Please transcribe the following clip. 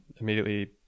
immediately